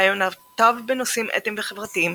רעיונותיו בנושאים אתים וחברתיים,